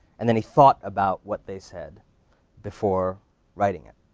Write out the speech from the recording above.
and then he thought about what they said before writing it.